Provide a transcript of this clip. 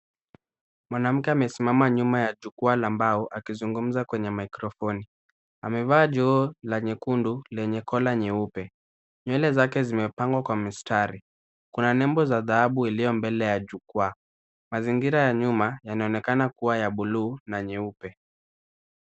Mwanamke amesimama nyuma ya jukwaa la mbao, akizungumza kwenye mikrofoni. Amevaa joho la nyekundu, lenye kola nyeupe. Nywele zake zimepangwa kwa mistari. Kuna nembo za dhahabu iliyo mbele ya jukwaa. Mazingira ya nyuma, yanaonekana kuwa ya buluu na nyeupe.